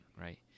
right